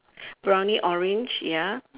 browny orange ya